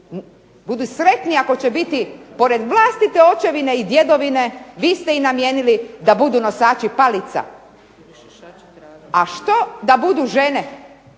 budu sretni ako će biti pored vlastite očevine i djedovine vi ste im namijenili da budu nosači palica. A što da budu žene?